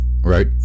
Right